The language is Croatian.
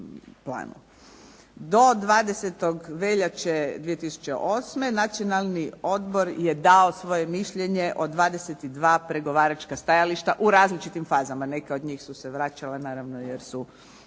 Do 20. veljače 2008. Nacionalni odbor je dao svoje mišljenje o 22 pregovaračka stajališta u različitim fazama. Neki od njih su se vraćali, naravno jer su